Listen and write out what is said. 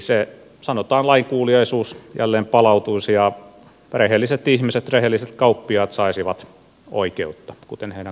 se lainkuuliaisuus jälleen palautuisi ja rehelliset ihmiset rehelliset kauppiaat saisivat oikeutta kuten heidän kuuluu saada